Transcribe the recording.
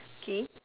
K